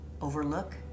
overlook